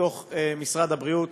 בתוך משרד הבריאות.